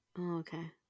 Okay